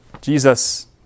Jesus